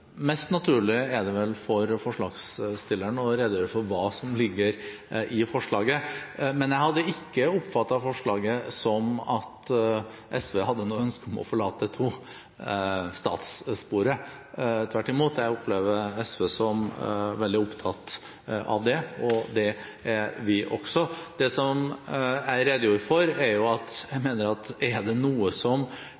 mest naturlige er vel at forslagsstilleren redegjør for hva som ligger i forslaget. Men jeg har ikke oppfattet forslaget som at SV hadde noe ønske om å forlate tostatssporet. Tvert imot opplever jeg SV som veldig opptatt av det, og det er vi også. Det som jeg redegjorde for, er at jeg